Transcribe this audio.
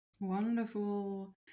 wonderful